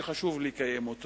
שחשוב לקיים,